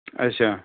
ਅੱਛਾ